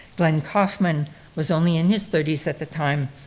glen kaufman was only in his thirty s at the time,